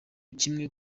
kimwe